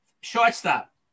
shortstop